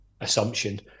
assumption